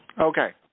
Okay